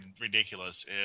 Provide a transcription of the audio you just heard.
ridiculous